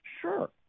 Sure